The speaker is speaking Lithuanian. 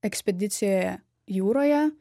ekspedicijoje jūroje